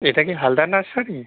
এটা কি হালদার নার্সারি